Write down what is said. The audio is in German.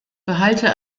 behalte